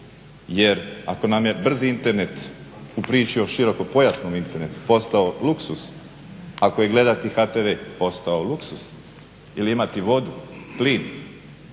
Jer ako nam je brzi internet u priči o širokopojasnom internetu postao luksuz, ako je gledati HTV postao luksuz ili imati vodu, plin